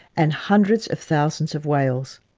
and hundreds of thousands of whales.